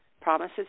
promises